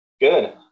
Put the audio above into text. good